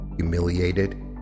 humiliated